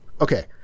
Okay